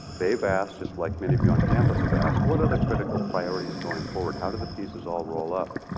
they've asked, just like many of you on campus have asked, what are the critical priorities going forward? how do the pieces all roll up?